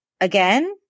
again